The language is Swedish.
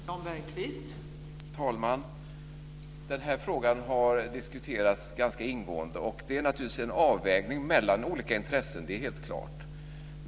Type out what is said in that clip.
Fru talman! Denna fråga har diskuterats ganska ingående, och det är naturligtvis en avvägning mellan olika intressen. Det är helt klart.